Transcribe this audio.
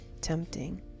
tempting